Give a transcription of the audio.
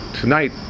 Tonight